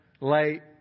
late